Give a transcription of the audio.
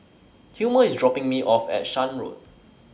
Hilmer IS dropping Me off At Shan Road